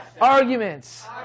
arguments